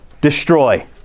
destroy